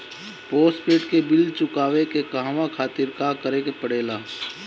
Postpaid के bill चुकावे के कहवा खातिर का करे के पड़ें ला?